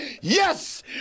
Yes